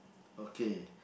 okay